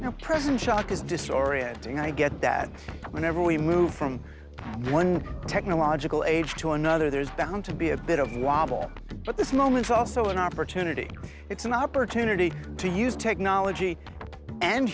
and present shock is disorienting i get that whenever we move from one technological age to another there's bound to be a bit of wobble but this moment also an opportunity it's an opportunity to use technology and